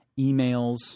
emails